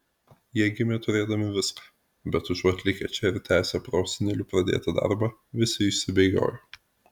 jie gimė turėdami viską bet užuot likę čia ir tęsę prosenelių pradėtą darbą visi išsibėgiojo